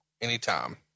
anytime